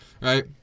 right